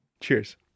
Cheers